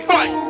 Fight